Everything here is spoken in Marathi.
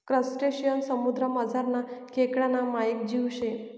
क्रसटेशियन समुद्रमझारना खेकडाना मायेक जीव शे